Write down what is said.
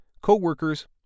co-workers